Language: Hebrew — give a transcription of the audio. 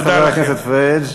תודה, חבר הכנסת פריג'.